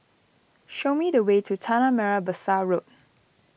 show me the way to Tanah Merah Besar Road